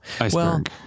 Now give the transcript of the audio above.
iceberg